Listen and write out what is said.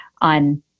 on